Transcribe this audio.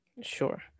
Sure